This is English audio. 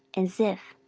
and ziph,